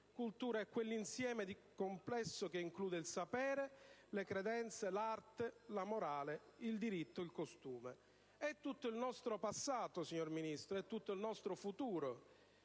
Cultura è quell'insieme complesso che include il sapere, le credenze, l'arte, la morale, il diritto, il costume. È tutto il nostro passato, signor Ministro, è tutto il nostro futuro.